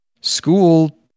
School